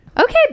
Okay